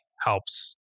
helps